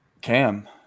Cam